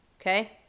Okay